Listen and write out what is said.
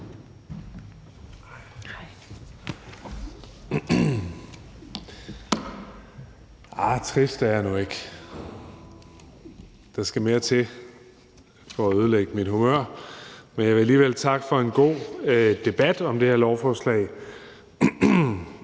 Bek): Trist er jeg nu ikke; der skal mere til at ødelægge mit humør. Men jeg vil alligevel takke for en god debat om det her lovforslag.